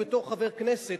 בתור חבר כנסת,